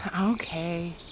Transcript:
Okay